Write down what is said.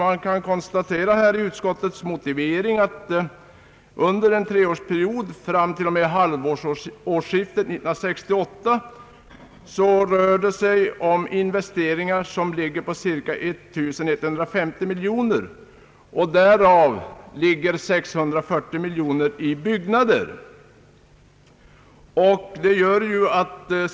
Av utskottets motivering framgår attunder en treårsperiod fram till halvårsskiftet 1968 har i lokaliseringsobjekt investerats cirka 1150 miljoner kronor, varav 640 miljoner i byggnader.